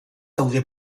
daude